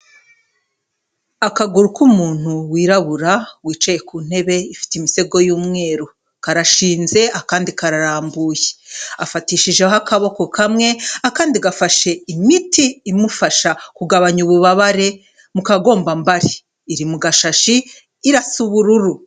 Akaguru k'umuntu wirabura wicaye ku ntebe ifite imisego y'umweru, karashinze akandi kararambuye, afatishijeho akaboko kamwe akandi gafashe imiti imufasha kugabanya ububabare mu kagomba mbari, iri mu gashashi irasa ubururu.